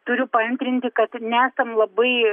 turiu paantrinti kad nesam labai